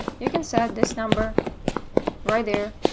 you can set this number right there